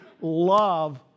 love